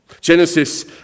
Genesis